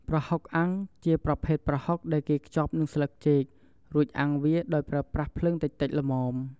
ប្រហុកអាំង ជាប្រភេទប្រហុកដែលគេខ្ចប់នឹងស្លឹកចេក រួចអាំងវាដោយប្រើប្រាស់ភ្លើងតិចៗល្មម។